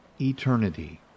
eternity